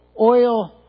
oil